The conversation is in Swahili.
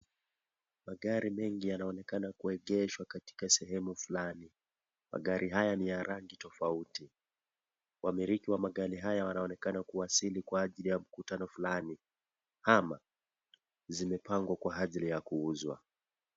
Magari mengi yanaonekana kuegeshwa katika sehemu fulani. Magari haya ni ya rangi tofauti. Wamiliki wa magari haya wanaonekana kuwasiki kwa ajili ya mkutano fulani, ama zimepangwa kwa ajili ya kuuzwa.